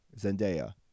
Zendaya